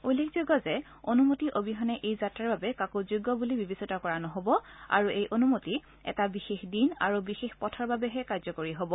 উল্লেখযোগ্য যে অনুমতি অবিহনে এই যাত্ৰাৰ বাবে কাকো যোগ্য বুলি বিবেচিত কৰা নহব আৰু এই অনুমতি এটা বিশেষ দিন আৰু বিশেষ পথৰ বাবেহে কাৰ্যকৰী হ'ব